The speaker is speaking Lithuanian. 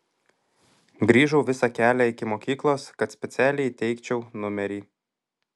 grįžau visą kelią iki mokyklos kad specialiai įteikčiau numerį